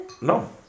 No